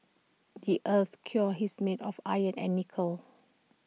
the Earth's core his made of iron and nickel